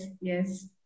Yes